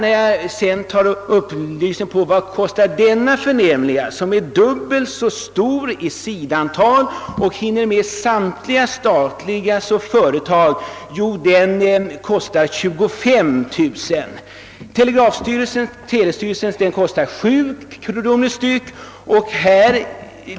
När jag sedan tar upplysning om priset på handelsdepartementets förnämliga broschyr, som har dubbelt så stort sidoantal och som omfattar samtliga statliga företag, får jag veta att den kostar 25 000 kronor. Telestyrelsens publikation kostar 7 kronor per styck.